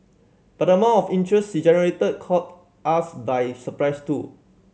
but the amount of interest she generated caught us by surprise too